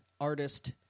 artist